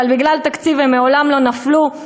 אבל בגלל תקציב הן מעולם לא נפלו.